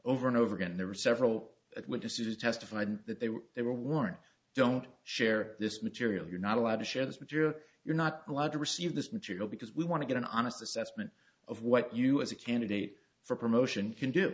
over and over again there were several witnesses testified that they were there weren't don't share this material you're not allowed to share this with you're you're not allowed to receive this material because we want to get an honest assessment of what you as a candidate for promotion can d